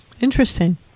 Interesting